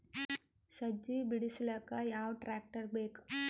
ಸಜ್ಜಿ ಬಿಡಿಸಿಲಕ ಯಾವ ಟ್ರಾಕ್ಟರ್ ಬೇಕ?